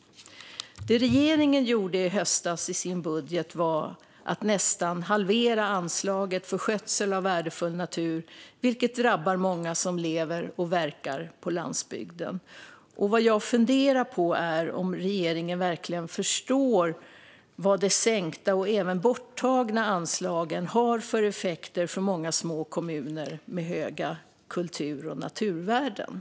I sin budget i höstas nästan halverade regeringen anslaget för skötsel av värdefull natur, vilket drabbar många som lever och verkar på landsbygden. Jag funderar på om regeringen verkligen förstår vilka effekter det får för många små kommuner med höga kultur och naturvärden att anslagen sänkts och även tagits bort.